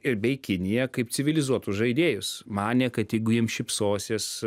ir bei kiniją kaip civilizuotus žaidėjus manė kad jeigu jiems šypsosies